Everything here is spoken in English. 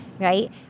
right